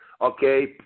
okay